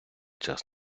час